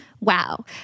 Wow